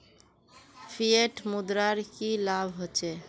Fiat मुद्रार की लाभ होचे?